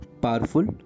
powerful